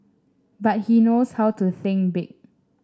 but he knows how to think big